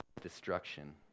destruction